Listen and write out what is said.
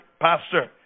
pastor